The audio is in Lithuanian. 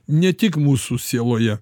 ne tik mūsų sieloje